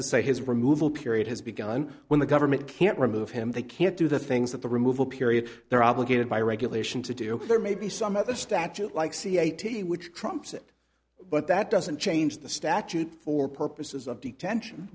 to say his removal period has begun when the government can't remove him they can't do the things that the removal period they're obligated by regulation to do there may be some other statute like c a t which trumps it but that doesn't change the statute for purposes of detention